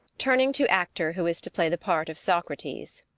turning to actor who is to play the part of socrates.